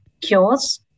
cures